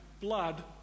blood